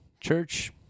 Church